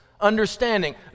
understanding